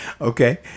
Okay